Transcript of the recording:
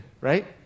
right